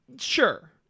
Sure